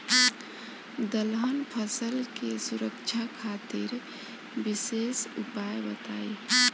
दलहन फसल के सुरक्षा खातिर विशेष उपाय बताई?